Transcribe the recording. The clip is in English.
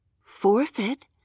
Forfeit